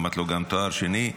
אמרתי לו: גם תואר שני.